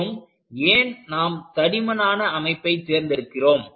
மற்றும் ஏன் நாம் தடிமனான அமைப்பை தேர்ந்தெடுக்கிறோம்